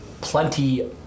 plenty